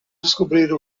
descobrir